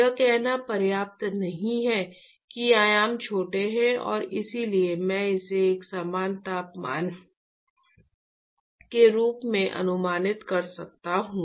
यह कहना पर्याप्त नहीं है कि आयाम छोटे हैं और इसलिए मैं इसे एक समान तापमान के रूप में अनुमानित कर सकता हूं